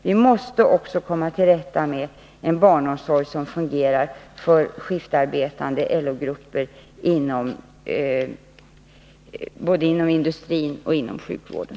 Vi måste få till stånd en barnomsorg som fungerar också för skiftarbetande och grupper både inom industrin och inom sjukvården.